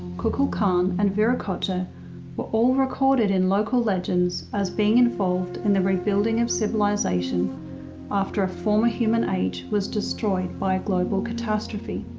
kukulcan, and viracocha were all recorded in local legends as being involved in the rebuilding of civilization after a former human age was destroyed by a global catastrophe.